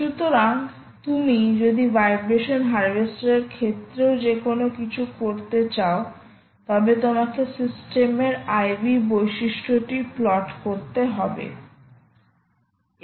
সুতরাং তুমি যদি ভাইব্রেশন হার্ভেস্টারের ক্ষেত্রেও যে কোনও কিছু করতে চাও তবে তোমাকে সিস্টেমের IV বৈশিষ্ট্যটি প্লট করতে হবে